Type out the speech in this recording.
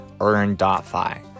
earn.fi